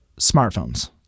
smartphones